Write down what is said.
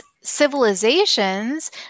civilizations